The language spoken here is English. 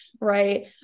right